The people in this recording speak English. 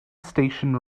station